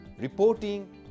reporting